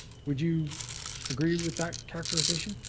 would you agree with that characterization?